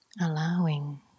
allowing